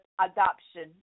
adoption